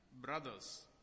brothers